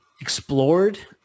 explored